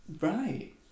Right